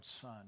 son